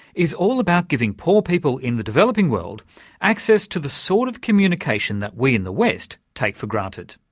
is all about giving poor people in the developing world access to the sort of communication that we in the west take for granted.